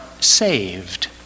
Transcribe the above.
saved